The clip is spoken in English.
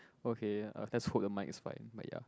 okay uh let's hope the mic is fine but ya